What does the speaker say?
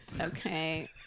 okay